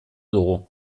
dugu